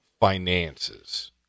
finances